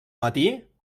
matí